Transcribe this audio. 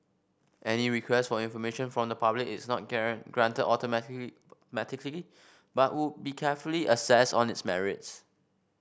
any request for information from the public is not granted automatic but would be carefully assessed on its merits